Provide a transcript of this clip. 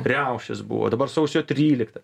riaušės buvo dabar sausio trylikta